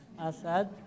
Asad